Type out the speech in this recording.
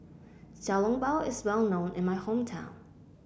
Xiao Long Bao is well known in my hometown